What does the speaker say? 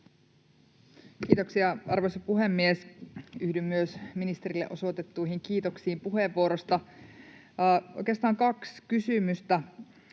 Kiitoksia, arvoisa puhemies! Yhdyn myös ministerille osoitettuihin kiitoksiin puheenvuorosta. Oikeastaan kaksi kysymystä